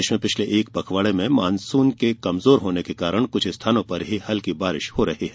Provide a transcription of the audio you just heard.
प्रदेश में पिछले एक पखवाड़े से मानसून के कमजोर होने के कारण कृष्ठ स्थानों पर ही हल्की बारिश हो रही है